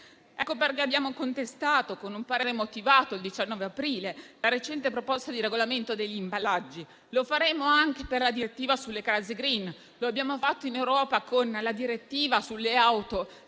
19 aprile abbiamo contestato, con un parere motivato, la recente proposta di regolamento degli imballaggi. Lo faremo anche per la direttiva sulle case *green* e lo abbiamo fatto in Europa con la direttiva sulle auto